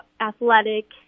athletic